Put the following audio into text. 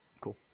Cool